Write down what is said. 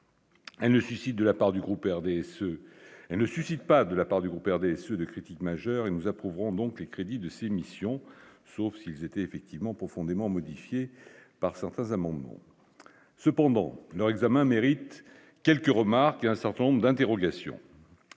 et ne suscite pas de la part du groupe RDSE de critiques majeures et nous approuvons donc les crédits de ses missions, sauf s'ils étaient effectivement profondément modifié par certains amendements cependant leur examen mérite quelques remarques un certain nombre d'interrogations